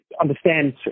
understand